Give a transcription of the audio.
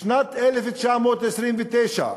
משנת 1929,